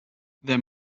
there